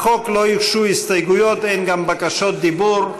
לחוק לא הוגשו הסתייגויות, אין גם בקשות דיבור,